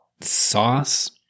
sauce